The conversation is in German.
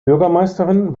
bürgermeisterin